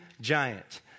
Giant